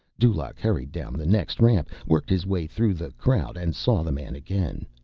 dulaq hurried down the next ramp, worked his way through the crowd, and saw the man again.